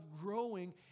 growing